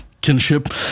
kinship